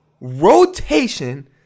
Rotation